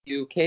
UK